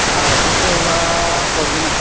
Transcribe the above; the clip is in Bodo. आरायस'सो बा हरगोन आं